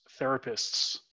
therapists